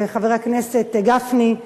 חבר הכנסת גפני,